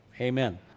amen